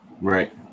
Right